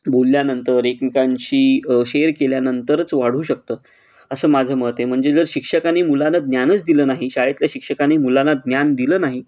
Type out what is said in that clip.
बोलल्यानंतर एकमेकांशी शेअर केल्यानंतरच वाढू शकतं असं माझं मत आहे म्हणजे जर शिक्षकांनी मुलांना ज्ञानच दिलं नाही शाळेतल्या शिक्षकांनी मुलांना ज्ञान दिलं नाही